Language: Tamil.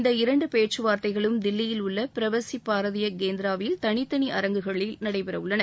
இந்த இரண்டு பேச்சுவார்த்தைகளும் தில்லியில் உள்ள பிரவஸி பாரதிய கேந்திராவில் தனித்தனி அரங்குகளில் நடைபெறவுள்ளன